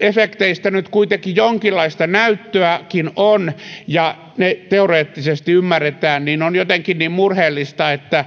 efekteistä nyt kuitenkin jonkinlaista näyttöäkin on ja ne kohtuullisen hyvin teoreettisesti ymmärretään niin on jotenkin niin murheellista että